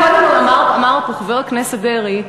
קודם דיבר פה חבר הכנסת דרעי,